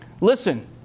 Listen